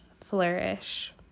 flourish